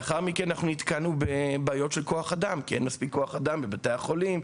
לאחר מכן נתקלנו בבעיות של כוח אדם כי אין מספיק כוח אדם בבתי החולים,